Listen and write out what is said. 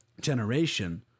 generation